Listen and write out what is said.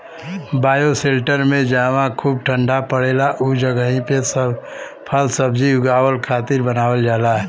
bioshelter में जहवा खूब ठण्डा पड़ेला उ जगही पे फलसब्जी उगावे खातिर बनावल जाला